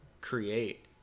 create